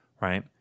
right